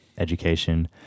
education